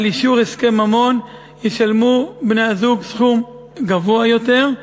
על אישור הסכם ממון ישלמו בני-הזוג סכום גבוה יותר,